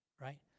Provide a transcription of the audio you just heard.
right